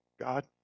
God